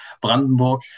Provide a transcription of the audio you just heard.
Brandenburg